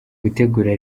gutegura